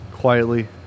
Quietly